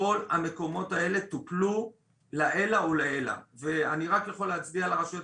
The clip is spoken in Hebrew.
כל המקומות האלה טופלו לעילא ולעילא ואני רק יכול להצדיע לרשויות